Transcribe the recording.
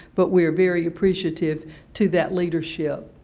but we are very appreciative to that leadership.